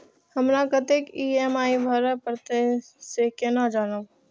हमरा कतेक ई.एम.आई भरें परतें से केना जानब?